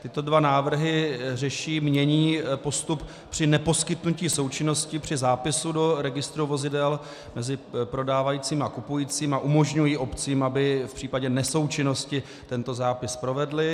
Tyto dva návrhy řeší, mění postup při neposkytnutí součinnosti při zápisu do registru vozidel mezi prodávajícím a kupujícím a umožňují obcím, aby v případě nesoučinnosti tento zápis provedly.